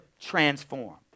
transformed